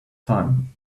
time